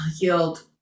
yield